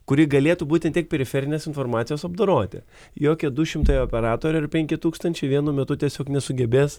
kuri galėtų būti tiek periferinės informacijos apdoroti jokie du šimtai operatorių ir penki tūkstančiai vienu metu tiesiog nesugebės